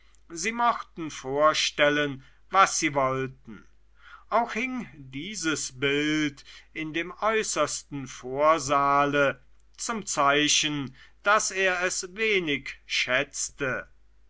sie mochten vorstellen was sie wollten auch hing dieses bild in dem äußersten vorsaale zum zeichen daß er es wenig schätzte